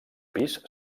pis